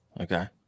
Okay